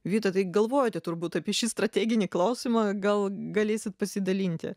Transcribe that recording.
vita tai galvojote turbūt apie šį strateginį klausimą gal galėsit pasidalinti